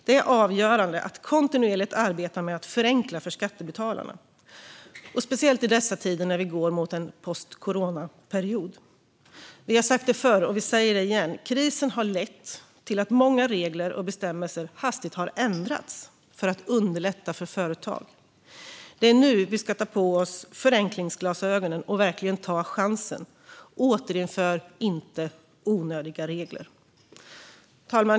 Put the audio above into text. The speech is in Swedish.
Det är avgörande att kontinuerligt arbeta med att förenkla för skattebetalarna, speciellt i dessa tider när vi går mot en postcoronaperiod. Vi har sagt det förr, och vi säger det igen: Krisen har lett till att många regler och bestämmelser hastigt har ändrats för att underlätta för företag. Det är nu vi ska ta på oss förenklingsglasögonen och verkligen ta chansen: Återinför inte onödiga regler!